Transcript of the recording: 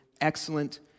excellent